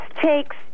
takes